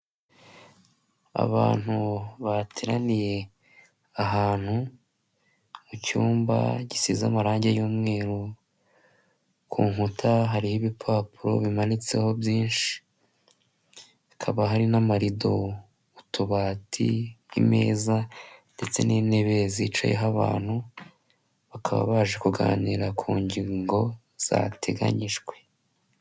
Abantu bateraniye ahantu mu cyumba gisize amarangi y'umweru, ku nkuta hariho ibipapuro bimanitseho byinshi, hakaba hari n'amarido, utubati, imeza ndetse n'intebe zicayeho abantu. Bakaba baje kuganira ku ngingo zateganyijwe.